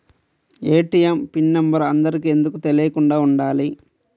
ATM pin number అందరికి ఎందుకు తెలియకుండా ఉండాలి?